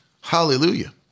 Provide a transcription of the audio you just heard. Hallelujah